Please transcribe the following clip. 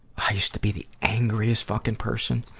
i used to be the angriest fucking person.